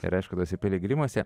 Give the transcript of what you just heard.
ir aišku tuose piligrimuose